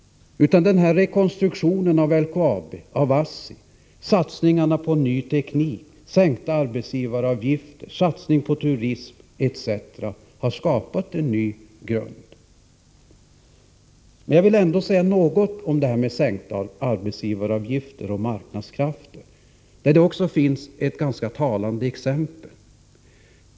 Rekonstruktionen av LKAB och ASSI, satsningarna på ny teknik, sänkta arbetsgivaravgifter, satsningen på turismen etc. har skapat en ny grund. Jag vill säga något om sänkta arbetsgivaravgifter. Också där finns det ett ganska talande exempel.